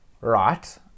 right